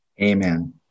Amen